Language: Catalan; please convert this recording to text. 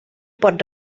pot